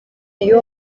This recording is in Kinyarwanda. iyo